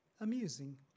amusing